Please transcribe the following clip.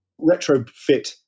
retrofit